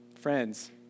friends